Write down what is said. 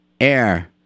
air